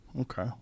okay